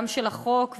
גם של החוק,